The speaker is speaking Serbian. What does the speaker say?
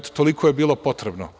Toliko je bilo potrebno.